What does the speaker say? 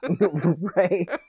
Right